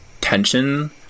tension